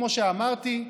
כמו שאמרתי,